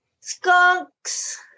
skunks